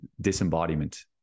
disembodiment